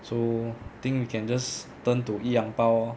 so think we can just turn to E ang pao lor